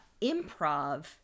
improv